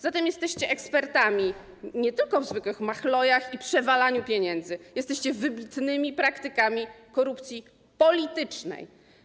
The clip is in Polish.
Zatem jesteście ekspertami nie tylko w zwykłych machlojach i przewalaniu pieniędzy, jesteście wybitnymi praktykami korupcji politycznej.